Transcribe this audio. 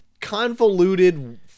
convoluted